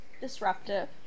disruptive